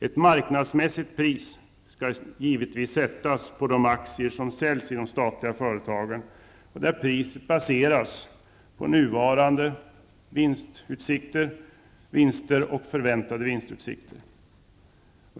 Ett marknadsmässigt pris skall givetvis sättas på de aktier som säljs i de statliga företagen och där priset baseras på nuvarande och förväntade vinstutsikter.